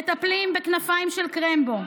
מטפלים בכנפיים של קרמבו.